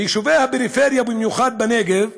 ביישובי הפריפריה, ובמיוחד בנגב,